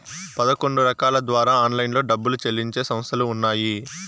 పదకొండు రకాల ద్వారా ఆన్లైన్లో డబ్బులు చెల్లించే సంస్థలు ఉన్నాయి